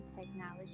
technology